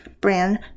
Brand